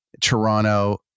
Toronto